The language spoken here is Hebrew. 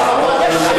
זו הבורות שלך.